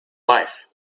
life